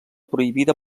prohibida